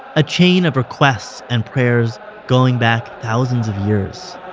a chain of requests and prayers going back thousands of years